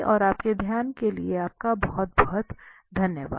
और आपके ध्यान के लिए बहुत बहुत धन्यवाद